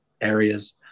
areas